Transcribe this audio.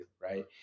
Right